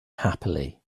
happily